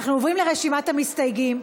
אנחנו עוברים לרשימת המסתייגים.